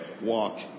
walk